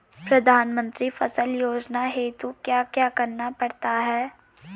प्रधानमंत्री फसल योजना हेतु क्या क्या करना पड़ता है?